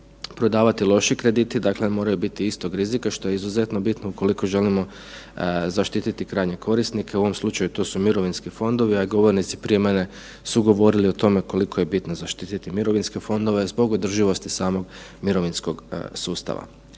prodavati loši krediti, dakle ne moraju biti istog rizika što je izuzetno bitno ukoliko želimo zaštititi krajnje korisnike, u ovom slučaju to su mirovinski fondovi, a govornici prije mene su govorili o tome koliko je bitno zaštititi mirovinske fondove zbog održivosti samog mirovinskog sustava.